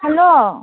hello